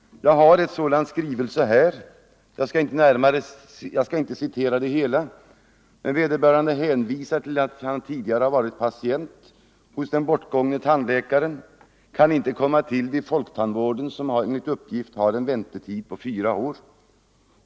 Jag har en sådan skrivelse här. Jag skall inte citera den i dess helhet, men vederbörande hänvisar till att han tidigare har varit patient hos den bortgångne tandläkaren och inte kan komma in vid folktandvården, som enligt uppgift har väntetid på fyra år.